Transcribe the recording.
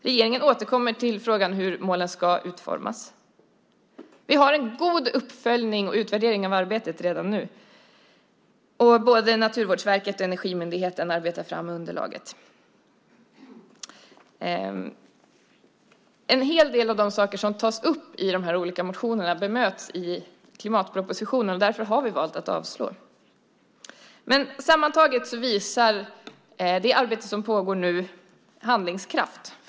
Regeringen återkommer till frågan hur målen ska utformas. Vi har en god uppföljning och utvärdering av arbetet redan nu. Både Naturvårdsverket och Energimyndigheten arbetar fram underlaget. En hel del av de saker som tas upp i de olika motionerna bemöts i klimatpropositionen, och därför har vi valt att avstyrka dem. Sammantaget visar det arbete som nu pågår handlingskraft.